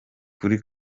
kuri